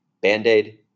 Band-Aid